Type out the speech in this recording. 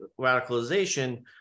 radicalization